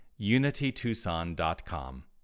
unitytucson.com